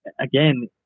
again